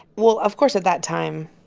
well, of course, at that time,